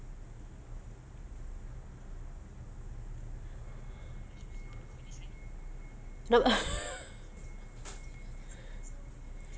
no